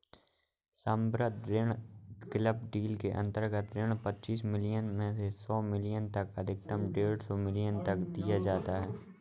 सम्बद्ध ऋण club deal के अंतर्गत ऋण पच्चीस मिलियन से सौ मिलियन तक अधिकतम डेढ़ सौ मिलियन तक दिया जाता है